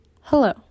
Hello